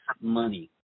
money